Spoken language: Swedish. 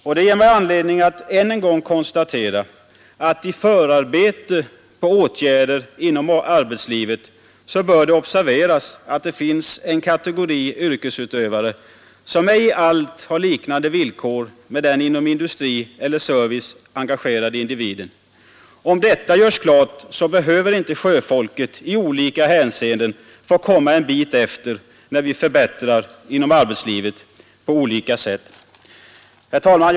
Och det ger mig anledning att än en gång konstatera att i förarbete på åtgärder inom arbetslivet bör det observeras att det finns en kategori yrkesutövare som ej i allt har samma villkor som den inom industri eller service engagerade individen. Om detta görs klart, behöver inte sjöfolket i olika hänseenden komma en bit efter när vi förbättrar inom arbetslivet på olika sätt. Herr talman!